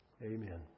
Amen